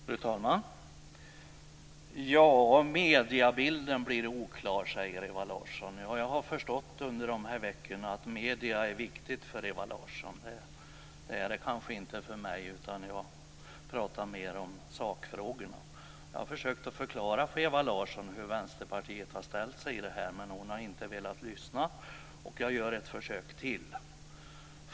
Fru talman! Mediebilden blir oklar, säger Ewa Larsson. Jag har under dessa veckor förstått att medierna är viktiga för Ewa Larsson. Det är de inte för mig. Jag pratar mer om sakfrågorna. Jag har försökt att förklara för Ewa Larsson hur Vänsterpartiet har ställt sig, men hon har inte velat lyssna. Jag gör ett försök till.